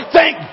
Thank